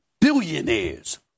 Billionaires